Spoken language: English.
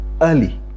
early